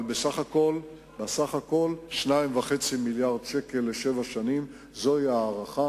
אבל בסך הכול 2.5 מיליארדי שקלים לשבע שנים זו ההערכה